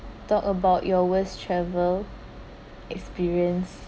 talk about your worst travel experience